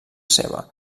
seva